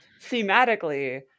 thematically